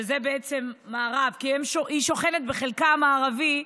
שזה בעצם מערב, כי היא שוכנת בחלקה המערבי,